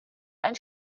ein